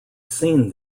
seen